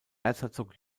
erzherzog